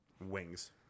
wings